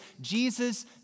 Jesus